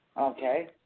Okay